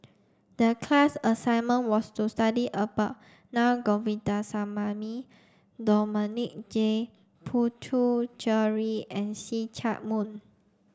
the class assignment was to study about Na Govindasamy Dominic J Puthucheary and See Chak Mun